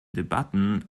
debatten